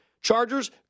Chargers